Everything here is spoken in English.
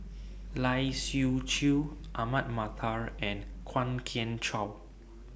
Lai Siu Chiu Ahmad Mattar and Kwok Kian Chow